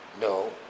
No